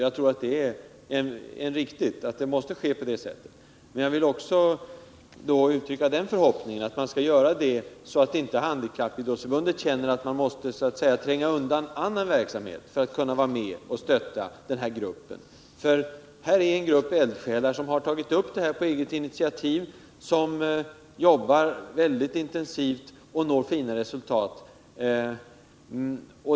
Jag tror att det är riktigt, men jag vill också uttrycka den förhoppningen att det sker på ett sådant sätt att man inom Handikappförbundet inte känner att man måste tränga undan annan verksamhet för att kunna vara med och stötta den här gruppen. Det är några eldsjälar som på eget initiativ har satt i gång denna verksamhet — man jobbar väldigt intensivt och når fina resultat.